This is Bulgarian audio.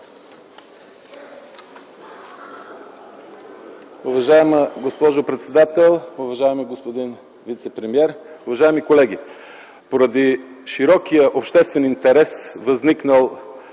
Уважаема госпожо председател, уважаеми господин вицепремиер, уважаеми колеги! Поради широкия обществен интерес, възникнал